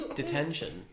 detention